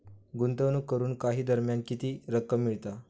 गुंतवणूक करून काही दरम्यान किती रक्कम मिळता?